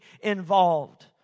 involved